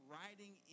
riding